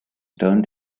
turned